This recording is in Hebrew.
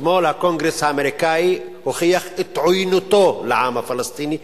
אתמול הקונגרס האמריקני הוכיח את עוינותו לעם הפלסטיני,